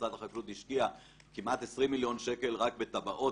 משרד החקלאות השקיע כמעט 20 מיליון שקלים רק בתב"עות